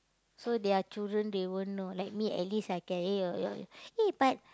so their children they won't know like me at least I can eh your your eh but